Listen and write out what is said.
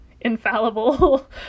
infallible